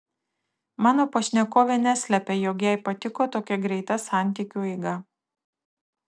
mano pašnekovė neslepia jog jai patiko tokia greita santykiu eiga